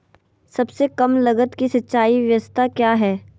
सबसे कम लगत की सिंचाई ब्यास्ता क्या है?